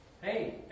Hey